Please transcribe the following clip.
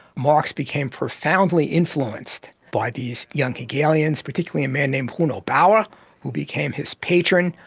marx became profoundly influenced by these young hegelians, particularly a man named bruno bauer who became his patron,